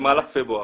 במהלך פברואר.